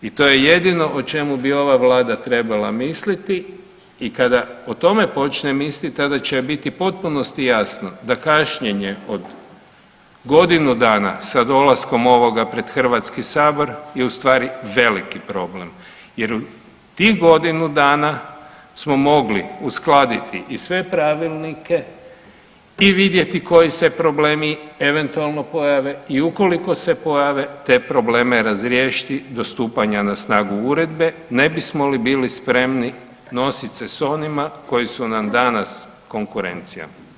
I to je jedino o čemu bi ova Vlada trebala misliti i kada počne misliti, tada će joj biti u potpunosti jasno da kašnjenje od godinu dana sa dolaskom ovoga pred HS je ustvari veliki problem jer u tih godinu dana smo mogli uskladiti i sve pravilnike i vidjeti koji se problemi eventualno pojave i ukoliko se pojave, te probleme razriješiti do stupanja na snagu Uredbe, ne bismo li bili spremni nositi se s onima koji su nam danas konkurencija.